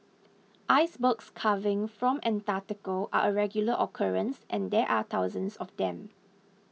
icebergs calving from Antarctica are a regular occurrence and there are thousands of them